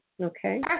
Okay